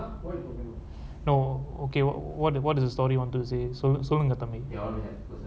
no okay what what is the story you wanted to say சொல்லுங்க தம்பி:sollunga thambi